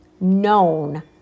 known